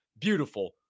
beautiful